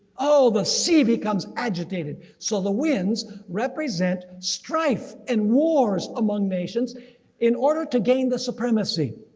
oh the sea becomes agitated. so the winds represent strife and wars among nations in order to gain the supremacy.